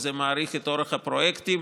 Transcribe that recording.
זה מאריך את הפרויקטים,